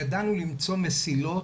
ידענו למצוא מסילות,